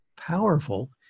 powerful